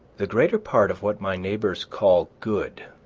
the greater part of what my neighbors call good